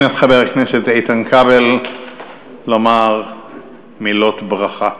אני מזמין את חבר הכנסת איתן כבל לומר מילות ברכה.